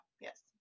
Yes